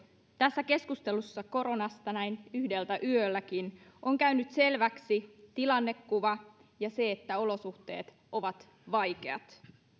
tässä keskustelussa koronasta näin yhdeltä yölläkin on käynyt selväksi tilannekuva ja se että olosuhteet ovat vaikeat